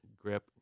Grip